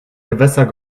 gewässer